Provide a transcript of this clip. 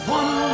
one